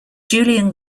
julian